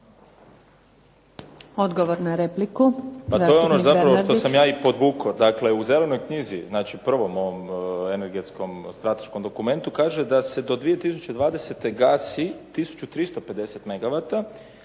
Odgovor na repliku